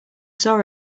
saw